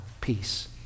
peace